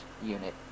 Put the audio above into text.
unit